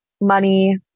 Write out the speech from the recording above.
Money